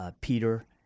Peter